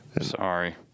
Sorry